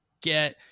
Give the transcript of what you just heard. get